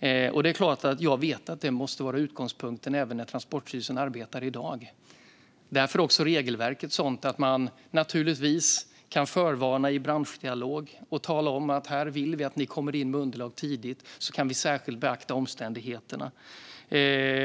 Det är klart att jag vet att detta måste vara utgångspunkten även när Transportstyrelsen arbetar i dag. Därför är också regelverket sådant att man naturligtvis kan förvarna genom branschdialog och tala om att man vill att underlag kommer in tidigt, så att man kan beakta omständigheterna särskilt.